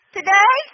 Today